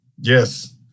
Yes